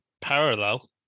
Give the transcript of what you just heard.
parallel